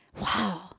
wow